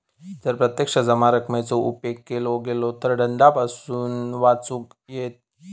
जर प्रत्यक्ष जमा रकमेचो उपेग केलो गेलो तर दंडापासून वाचुक येयत